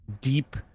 deep